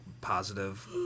positive